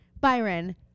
Byron